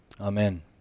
Amen